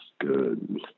good